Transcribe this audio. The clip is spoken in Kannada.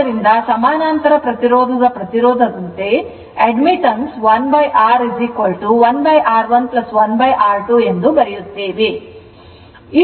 ಆದ್ದರಿಂದ ಸಮಾನಾಂತರ ಪ್ರತಿರೋಧದ ಪ್ರತಿರೋಧದಂತೆ admittance 1R1R11R2 ಎಂದು ಬರೆಯುತ್ತೇವೆ